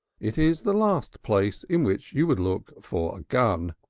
it is the last place in which you would look for a gun.